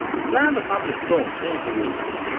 sly and the family stone changed the rules,